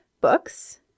books